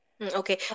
okay